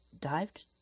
dived